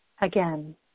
Again